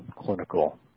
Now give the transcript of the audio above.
clinical